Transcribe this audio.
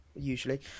usually